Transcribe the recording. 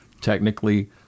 technically